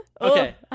Okay